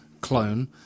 clone